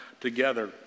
together